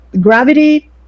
Gravity